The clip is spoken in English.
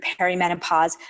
perimenopause